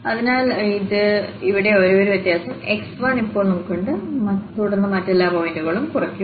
അതിനാൽ ഇവിടെ ഒരേയൊരു വ്യത്യാസം x1 ഇപ്പോൾ നമുക്കുണ്ട് തുടർന്ന് മറ്റെല്ലാ പോയിന്റുകളും കുറയ്ക്കും